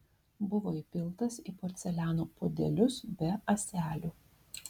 buvo įpiltas į porceliano puodelius be ąselių